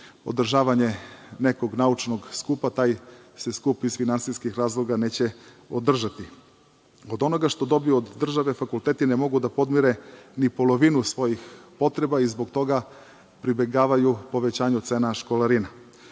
održavanje nekog naučnog skupa, taj se skup iz finansijskih razloga neće održati. Od onoga što dobiju od države, fakulteti ne mogu da podmire ni polovinu svojih potreba i zbog toga pribegavaju povećanju cena školarina. Smanjene